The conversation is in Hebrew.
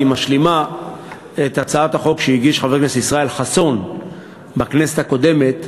היא משלימה את הצעת החוק שהגיש חבר הכנסת ישראל חסון בכנסת הקודמת,